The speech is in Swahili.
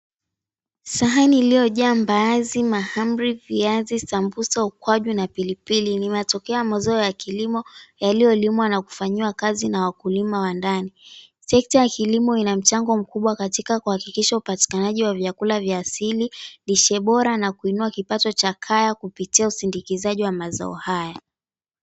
Sahani iliyojaa mbaazi, mahamri, viazi, sambusa, ukwaju na pilipili ni matokeo ya mazao ya kilimo yaliyolimwa na kufanyiwa kazi na wakulima wa ndani. Sekta ya kilimo ina mchango mkubwa katika kuhakikisha upatikanaji wa vyakula vya asili, lishe bora na kuinua kipato cha kaya kupitia usindikizaji wa mazao haya.